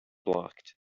blocked